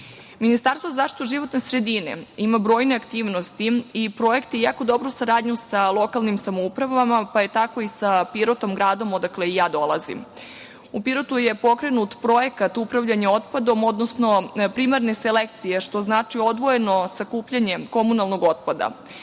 regionu. Ministarstvo za zaštitu životne sredine ima brojne aktivnosti i projekte i jako dobru saradnju sa lokalnim samoupravama, pa je tako i sa Pirotom, gradom odakle i ja dolazim. U Pirotu je pokrenut projekat „Upravljanje otpadom“, odnosno primarne selekcije, što znači odvojeno sakupljanje komunalnog otpada.